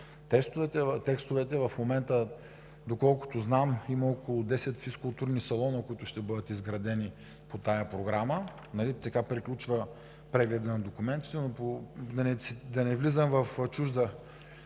и в момента, доколкото знам, има около 10 физкултурни салона, които ще бъдат изградени по тази програма. Така приключва прегледът на документите, но да не влизам в чужда